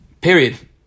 Period